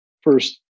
first